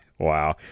Wow